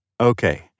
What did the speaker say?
Okay